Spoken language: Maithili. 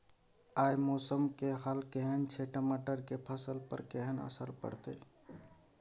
आय मौसम के हाल केहन छै टमाटर के फसल पर केहन असर परतै?